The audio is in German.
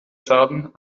schaden